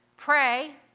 pray